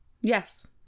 Yes